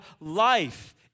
life